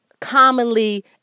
commonly